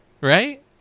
right